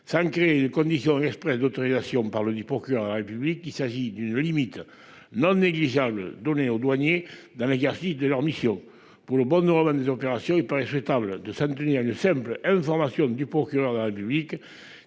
Ça ne crée les conditions d'autorisation par le 10, procureur de la République, il s'agit d'une limite non négligeables, donner aux douaniers dans l'exercice de leur mission pour le bon nous ramène des opérations il paraît souhaitable de s'en tenir à une simple information du procureur de la République,